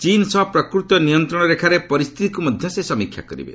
ଚୀନ୍ ସହ ପ୍ରକୃତ ନିୟନ୍ତ୍ରଣ ରେଖାରେ ପରିସ୍ଥିତିକୁ ମଧ୍ୟ ସେ ସମୀକ୍ଷା କରିବେ